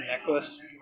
necklace